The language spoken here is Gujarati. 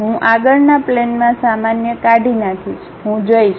હું આ આગળના પ્લેનમાં સામાન્ય કાઢી નાખીશ હું જઇશ